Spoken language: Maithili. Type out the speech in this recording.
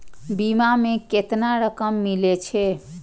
बीमा में केतना रकम मिले छै?